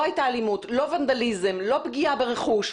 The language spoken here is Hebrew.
לא הייתה אלימות, לא ונדליזם, לא פגיעה ברכוש.